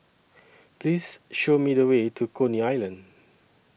Please Show Me The Way to Coney Island